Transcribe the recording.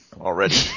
already